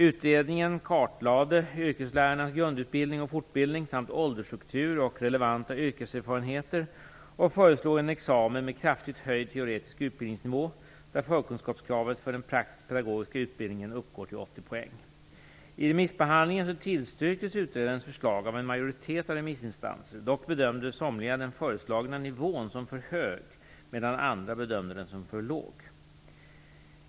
Utredningen kartlade yrkeslärarnas grundutbildning och fortbildning samt åldersstruktur och relevanta yrkeserfarenheter och föreslog en examen med kraftigt höjd teoretisk utbildningsnivå där förkunskapskravet för den praktisk-pedagogiska utbildningen uppgår till 80 poäng. Vid remissbehandlingen tillstyrktes utredarens förslag av en majoritet av remissinstanserna. Dock bedömde somliga den föreslagna nivån som för hög, medan andra bedömde den som för låg.